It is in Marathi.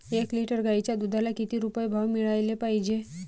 एक लिटर गाईच्या दुधाला किती रुपये भाव मिळायले पाहिजे?